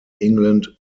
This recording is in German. england